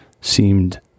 seemed